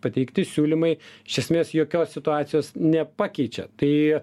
pateikti siūlymai iš esmės jokios situacijos nepakeičia tai